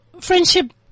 Friendship